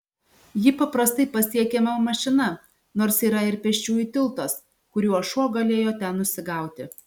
ji paprastai pasiekiama mašina nors yra ir pėsčiųjų tiltas kuriuo šuo galėjo ten nusigauti